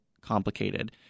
complicated